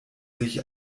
sich